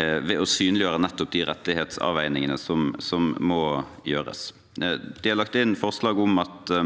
ved å synliggjøre nettopp de rettighetsavveiningene som må gjøres. De har lagt inn forslag om at